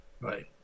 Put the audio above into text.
Right